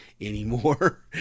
anymore